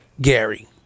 Gary